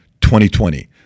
2020